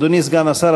אדוני סגן השר,